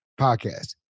podcast